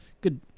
Good